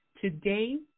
Today